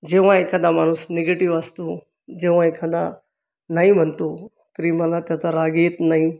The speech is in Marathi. जेव्हा एखादा माणूस निगेटिव असतो जेव्हा एखादा नाही म्हणतो तरी मला त्याचा राग येत नाही